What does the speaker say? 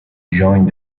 joined